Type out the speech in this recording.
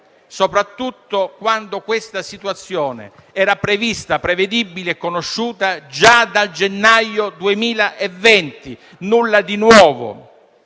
soprattutto quando detta situazione era prevista, prevedibile e conosciuta già da gennaio 2020; nulla di nuovo.